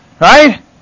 right